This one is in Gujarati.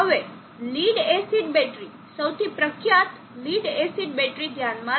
હવે લીડ એસિડ બેટરી સૌથી પ્રખ્યાત લીડ એસિડ બેટરી ધ્યાનમાં લો